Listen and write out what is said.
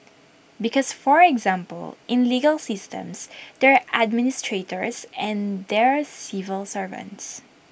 because for example in legal systems there are administrators and there are civil servants